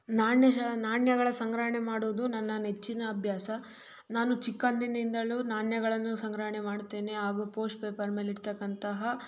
ನಾಣ್ಯ ಶ ನಾಣ್ಯಗಳ ಸಂಗ್ರಹಣೆ ಮಾಡುವುದು ನನ್ನ ನೆಚ್ಚಿನ ಅಭ್ಯಾಸ ನಾನು ಚಿಕ್ಕಂದಿನಿಂದಲೂ ನಾಣ್ಯಗಳನ್ನು ಸಂಗ್ರಹಣೆ ಮಾಡುತ್ತೇನೆ ಹಾಗೂ ಪೋಸ್ಟ್ ಪೇಪರ್ ಮೇಲೆ ಇರ್ತಕ್ಕಂತಹ